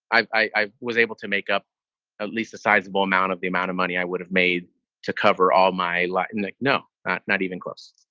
i i was able to make up at least a sizable amount of the amount of money i would have made to cover all my lighting. no, not even close.